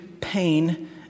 pain